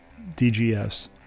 DGS